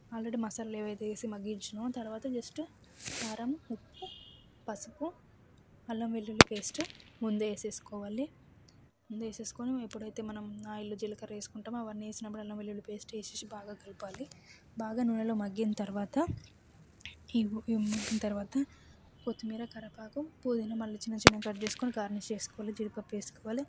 already మసాలాలో ఏవైతే వేసి మగ్గించుకున్నాము తర్వాత జస్ట్ కారం ఉప్పు పసుపు అల్లం వెల్లుల్లి పేస్ట్ ముందే వేసేసుకోవాలి ముందే వేసేసుకొని ఎప్పుడైతే మనం ఆయిల్ జీలకర్ర వేసుకుంటామో అవన్నీ వేసి అల్లం వెల్లుల్లి పేస్ట్ వేసి బాగా కలపాలి బాగా నూనెలో మగ్గిన తర్వాత ఇది ఇది మగ్గిన తర్వాత కొత్తిమీర కరివేపాకు పుదీనా మళ్ళీ చిన్న చిన్న కట్ చేసుకుని గార్నిష్ చేసుకోవాలి జీడిపప్పు వేసుకోవాలి